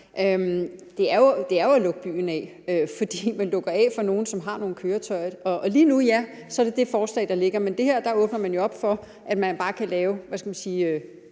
Det er jo at lukke byen af, for man lukker af for nogle, som har nogle bestemte køretøjer. Og, ja, lige nu er det det forslag, der ligger, men med det her åbner man jo op for, at man også kan lave, hvad skal man sige,